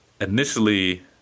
Initially